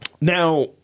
now